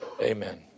Amen